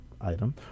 item